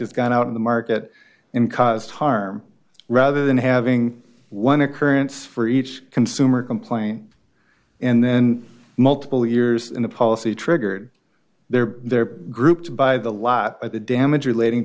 going out of the market and caused harm rather than having one occurrence for each consumer complaint and then multiple years in a policy triggered their their group by the lot of the damage relating